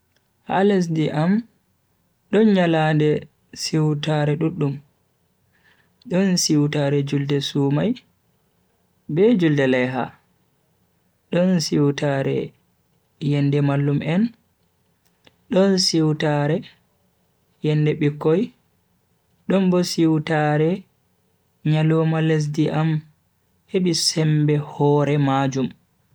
Ha lesdi am don nyalande siwtaare duddum. Don siwtaree julde sumai be julde laiha, don siwtaare yende mallum en, don siwtaare yende bikkoi don bo siwtaare nyaloma lesdi am hebi sembe hore majum.